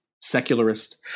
secularist